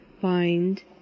find